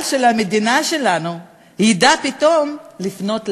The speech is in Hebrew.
של המדינה שלנו ידע פתאום לפנות לבן-אדם.